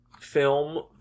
film